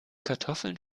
kartoffeln